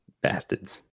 Bastards